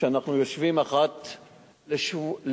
ואנחנו יושבים אחת לחודשיים,